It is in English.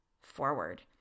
forward